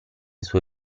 sue